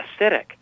acidic